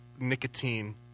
Nicotine